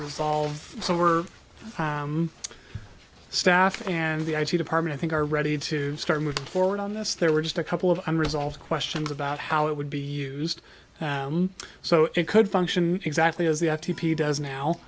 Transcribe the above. resolve some are staff and the i t department i think are ready to start moving forward on this there were just a couple of unresolved questions about how it would be used so it could function exactly as they have t p does now